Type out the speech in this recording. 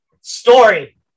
Story